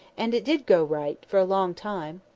and it did go right for a long time.